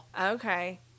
Okay